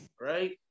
right